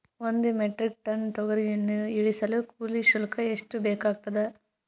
ಒಂದು metric ton ತೊಗರಿಯನ್ನು ಇಳಿಸಲು ಕೂಲಿ ಶುಲ್ಕ ಎಷ್ಟು ಬೇಕಾಗತದಾ?